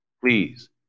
Please